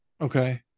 Okay